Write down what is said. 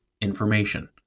information